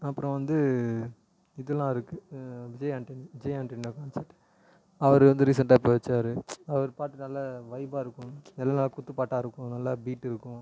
அப்புறோம் வந்து இதுலாருக்கு விஜ ஆண்டனி விஜ ஆண்டனி அண்ணா கான்சப்ட் அவர் வந்து ரீசண்ட்டாக இப்போது வச்சாரு அவரு பாட்டு நல்லா வைப்பாருக்கும் நல்ல நல்ல குத்துப்பாட்டாருக்கும் நல்ல பீட்டுருக்கும்